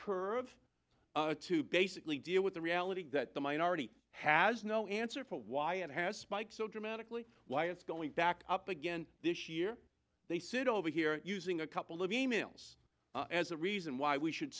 curve to basically deal with the reality that the minority has no answer for why it has spiked so dramatically why it's going back up again this year they sit over here using a couple living mails as a reason why we should